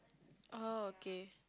oh okay